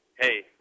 Hey